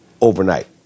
overnight